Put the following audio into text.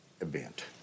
event